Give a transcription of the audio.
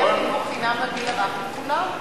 שיהיה חינוך חינם לגיל הרך לכולם.